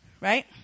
Right